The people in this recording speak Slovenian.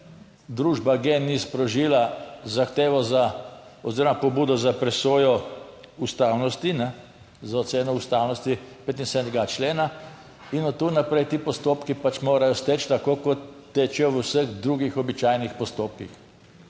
družba GEN-I sprožila zahtevo za oziroma pobudo za presojo ustavnosti, za oceno ustavnosti 75.b člena. In od tu naprej ti postopki pač morajo steči, tako kot tečejo v vseh drugih običajnih postopkih.